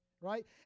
right